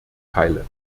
teile